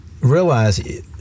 realize